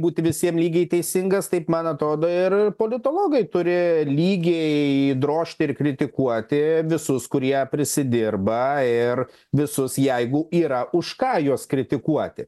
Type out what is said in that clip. būti visiem lygiai teisingas taip man atrodo ir politologai turi lygiai drožti ir kritikuoti visus kurie prisidirba ir visus jeigu yra už ką juos kritikuoti